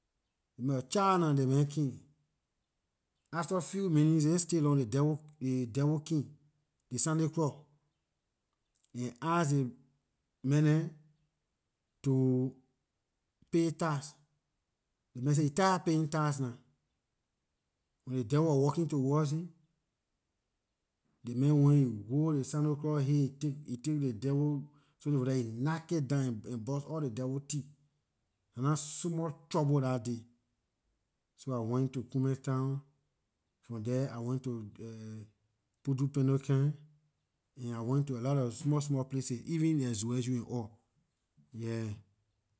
Ley man wor charge nah ley man came after few minutes ehn still long ley devil came ley santa claus, he ask ley man dem to pay tax ley man say he tired paying tax nah when ley devil was walking towards him ley man went he hold ley santa claus head he take ley devil something from there he knack it down he burst all ley devil teeth dah nah small trouble dah day so I went to kumeh town from there I went to putu pennole camp and I went to lot of small small places even like zwedru and all, yeah.